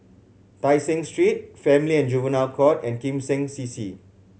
Tai Seng Street Family and Juvenile Court and Kim Seng C C